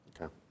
Okay